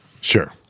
Sure